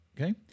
okay